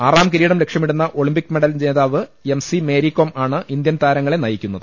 ആറാം കിരീടം ലക്ഷ്യമിടുന്ന ഒളിമ്പിക് മെഡൽ ജേതാവ് എം സി മേരികോം ആണ് ഇന്ത്യൻ താരങ്ങളെ നയിക്കുന്നത്